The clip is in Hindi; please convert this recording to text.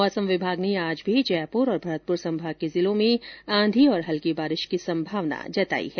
मौसम विभाग ने आज भी जयपुर और भरतपुर संभाग के जिलों में आधी और हल्की बारिश की सम्भावना जताई है